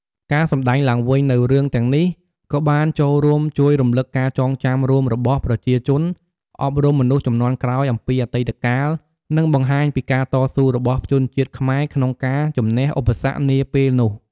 ការសម្តែងឡើងវិញនូវរឿងទាំងនេះក៏បានចូលរួមជួយរំលឹកការចងចាំរួមរបស់ប្រជាជន អប់រំមនុស្សជំនាន់ក្រោយអំពីអតីតកាល និងបង្ហាញពីការតស៊ូរបស់ជនជាតិខ្មែរក្នុងការជំនះឧបសគ្គនាពេលនោះ ។